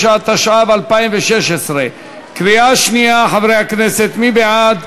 69), התשע"ו 2016, קריאה שנייה, מי בעד?